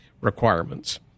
requirements